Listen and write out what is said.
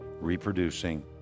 reproducing